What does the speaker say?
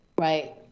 right